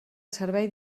servei